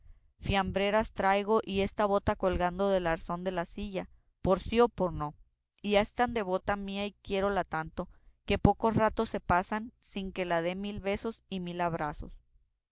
mandaren fiambreras traigo y esta bota colgando del arzón de la silla por sí o por no y es tan devota mía y quiérola tanto que pocos ratos se pasan sin que la dé mil besos y mil abrazos